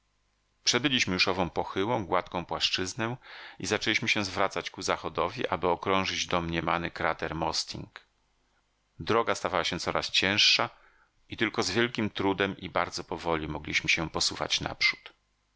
przebyliśmy już ową pochyłą gładką płaszczyznę i zaczęliśmy się zwracać ku zachodowi aby okrążyć domniemany krater mosting droga stawała się coraz cięższa i tylko z wielkim trudem i bardzo powoli mogliśmy się posuwać naprzód